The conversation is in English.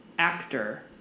Actor